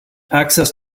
access